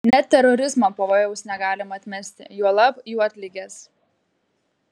net terorizmo pavojaus negalima atmesti juolab juodligės